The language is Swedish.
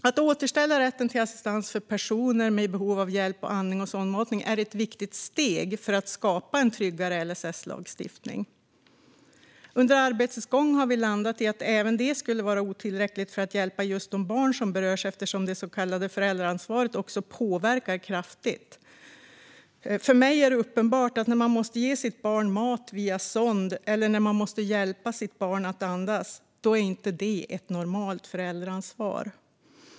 Att återställa rätten till assistans för personer med behov av hjälp med andning och sondmatning är ett viktigt steg för att skapa en tryggare LSS-lagstiftning. Under arbetets gång har vi landat i att även det skulle vara otillräckligt för att hjälpa just de barn som berörs, eftersom det så kallade föräldraansvaret också påverkar kraftigt. För mig är det uppenbart att när man måste ge sitt barn mat via sond eller hjälpa sitt barn att andas är det inte ett normalt föräldraansvar.